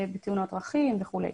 בתאונות דרכים וכולי.